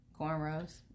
cornrows